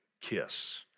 kiss